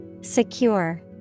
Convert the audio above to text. Secure